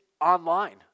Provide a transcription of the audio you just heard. online